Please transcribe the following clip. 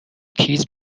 تیز